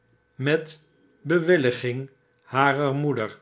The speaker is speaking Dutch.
voorstel aanmetbewilliging harer moeder